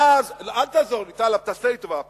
אל תעזור לי, טלב, תעשה לי טובה הפעם.